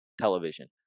television